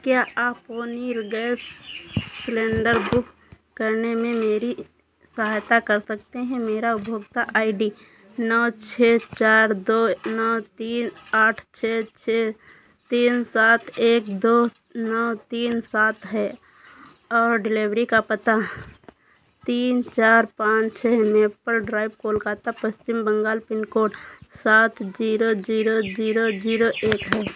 क्या आप पोनीर गैस सिलेण्डर बुक करने में मेरी सहायता कर सकते हैं मेरा उपभोक्ता आई डी नौ छह चार दो नौ तीन आठ छह छह तीन सात एक दो नौ तीन सात है और डिलिवरी का पता तीन चार पाँच छह Maple Drive Kolkata Paschim Bengal pincode सात ज़ीरो ज़ीरो ज़ीरो ज़ीरो एक है